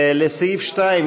לסעיף 2,